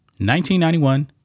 1991